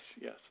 yes